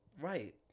Right